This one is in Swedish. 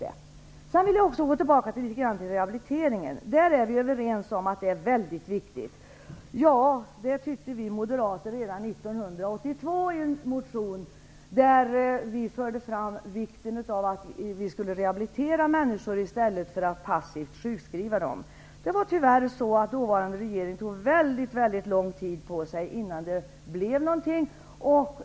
Jag vill också återigen ta upp frågan om rehabiliteringen. Vi är överens om att det här är väldigt viktigt, och det tyckte vi moderater redan 1982. Det framgår av en motion där vi betonat vikten av att rehabilitera människor i stället för att passivt sjukskriva dem. Tyvärr tog det väldigt lång tid för den dåvarande regeringen innan något hände.